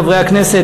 חברי הכנסת,